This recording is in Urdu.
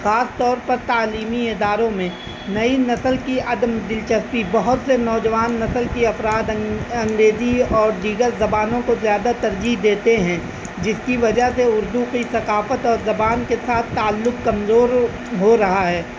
خاص طور پر تعلیمی اداروں میں نئی نسل کی عدم دلچسپی بہت سے نوجوان نسل کی افراد انگریزی اور دیگر زبانوں کو زیادہ ترجیح دیتے ہیں جس کی وجہ سے اردو کی ثقافت اور زبان کے ساتھ تعلق کمزور ہو رہا ہے